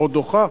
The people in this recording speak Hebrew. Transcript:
או דוחה,